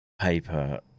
paper